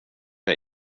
dig